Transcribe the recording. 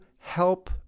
help